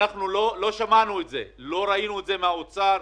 לא שמענו את זה, לא ראינו את זה ממשרד האוצר.